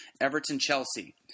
Everton-Chelsea